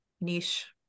Niche